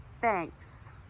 thanks